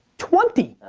twenty?